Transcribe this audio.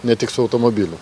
ne tik su automobiliu